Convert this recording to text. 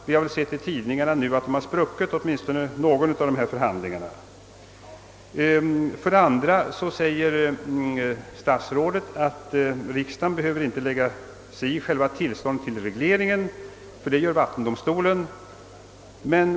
Vi har just i tidningarna sett uppgifter om att åtminstone någon av dessa förhandlingar har spruckit. Vidare uttalar statsrådet att riksda gen inte behöver lägga sig i själva tillståndsgivningen för regleringen, eftersom detta är vattendomstolens uppgift.